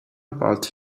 about